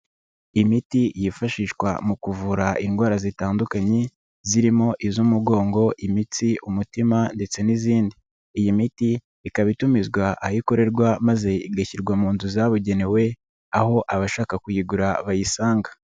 Imiti yifashishwa mu kuvura indwara zitandukanye zirimo iz'umugongo, imitsi, umutima ndetse n'izindi, iyi miti ikaba itumizwa aho ikorerwa maze igashyirwa mu nzu zabugenewe aho abashaka kuyigura bayisanga.